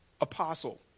apostle